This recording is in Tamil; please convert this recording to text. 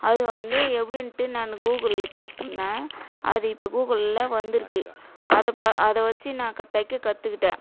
அது வந்து எப்படின்ட்டு நான் கூகுளில் கேட்டுருந்தேன் அது இப்போ கூகுளில் வந்து இருக்கு அதை பா அதை வச்சு நான் கத் தைக்க கற்றுக்கிட்டேன்